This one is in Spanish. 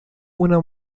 una